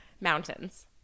Mountains